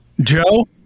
Joe